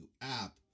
app